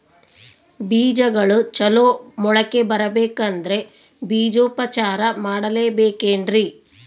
ಬೇಜಗಳು ಚಲೋ ಮೊಳಕೆ ಬರಬೇಕಂದ್ರೆ ಬೇಜೋಪಚಾರ ಮಾಡಲೆಬೇಕೆನ್ರಿ?